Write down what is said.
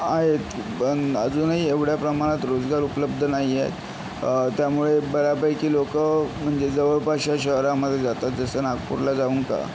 आहेत पण अजूनही एवढ्या प्रमाणात रोजगार उपलब्ध नाही आहे त्यामुळे बऱ्यापैकी लोक म्हणजे जवळपासच्या शहरामध्ये जातात जसं नागपूरला जाऊन का